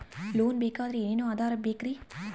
Loan ಬೇಕಾದ್ರೆ ಏನೇನು ಆಧಾರ ಬೇಕರಿ?